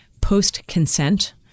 post-consent